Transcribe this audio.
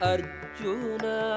Arjuna